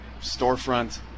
storefront